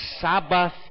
Sabbath